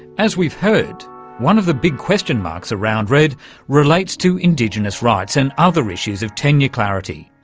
as we've heard, one of the big question marks around redd relates to indigenous rights and other issues of tenure clarity,